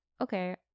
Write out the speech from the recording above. okay